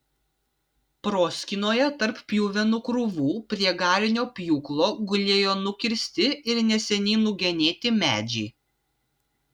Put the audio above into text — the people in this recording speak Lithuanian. proskynoje tarp pjuvenų krūvų prie garinio pjūklo gulėjo nukirsti ir neseniai nugenėti medžiai